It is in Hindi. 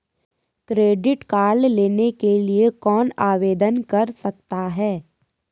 क्रेडिट कार्ड लेने के लिए कौन आवेदन कर सकता है?